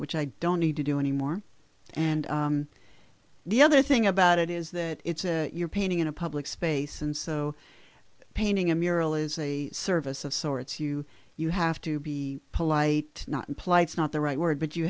which i don't need to do anymore and the other thing about it is that it's you're painting in a public space and so painting a mural is a service of sorts you you have to be polite not plights not the right word but you